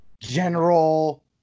General